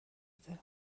بده